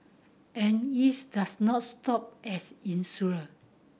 and is does not stop as insurer